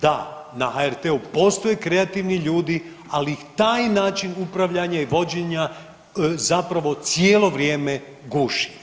Da, na HRT-u postoje kreativni ljudi, ali ih taj način upravljanja i vođenja zapravo cijelo vrijeme guši.